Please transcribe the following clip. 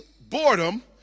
boredom